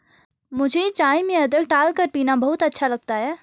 मुझे चाय में अदरक डालकर पीना बहुत अच्छा लगता है